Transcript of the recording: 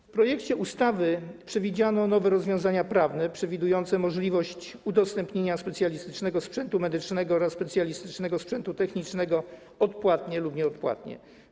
W projekcie ustawy zawarto nowe rozwiązania prawne przewidujące możliwość udostępniania specjalistycznego sprzętu medycznego oraz specjalistycznego sprzętu technicznego odpłatnie lub nieodpłatnie.